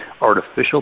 artificial